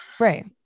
right